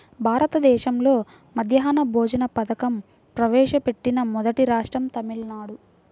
భారతదేశంలో మధ్యాహ్న భోజన పథకం ప్రవేశపెట్టిన మొదటి రాష్ట్రం తమిళనాడు